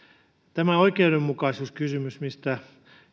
tämä oikeudenmukaisuuskysymys minkä